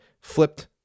flipped